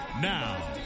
Now